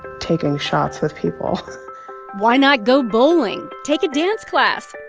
taking shots with people why not go bowling, take a dance class,